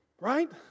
right